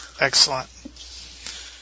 Excellent